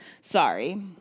Sorry